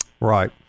Right